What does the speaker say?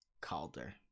Calder